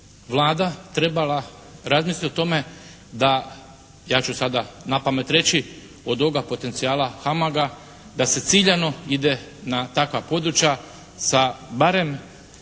Vlada trebala razmisliti o tome da, ja ću sada napamet reći od ovoga potencijala HAMAG-a da se ciljano ide na takva područja sa barem